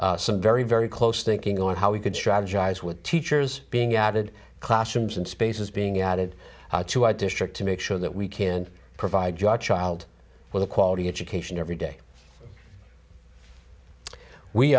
reserves some very very close thinking on how we could strategize with teachers being added classrooms and spaces being added to our district to make sure that we can provide your child with a quality education every day we